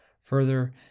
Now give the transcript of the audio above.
Further